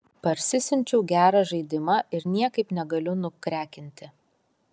parsisiunčiau gerą žaidimą ir niekaip negaliu nukrekinti